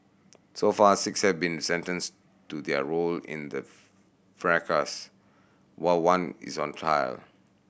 so far six have been sentenced do their role in the fracas while one is on trial